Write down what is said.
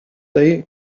day